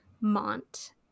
Mont